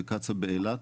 בקצא"א באילת,